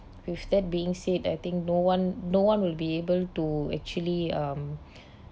with that being said I think no one no one will be able to actually um